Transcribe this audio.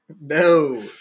no